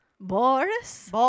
Boris